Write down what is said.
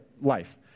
life